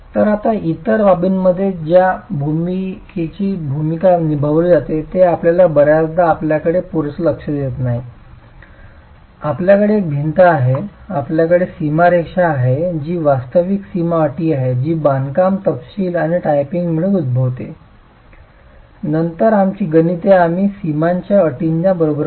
आता इतर बाबींमध्ये ज्या भूमिकेची भूमिका निभावली जाते जे आपण बर्याचदा आपल्याकडे पुरेसे लक्ष देत नाही आपल्याकडे एक भिंत आहे आपल्याकडे सीमारेषा आहे जी वास्तविक सीमा अटी आहे जी बांधकाम तपशील आणि टाइपिंगमुळे उद्भवते आणि नंतर आमची गणिते आम्ही सीमांच्या अटींना बरोबर करतो